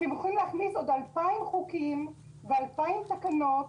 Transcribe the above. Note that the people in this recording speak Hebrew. אתם יכולים להכניס עוד אלפיים חוקים ואלפיים תקנות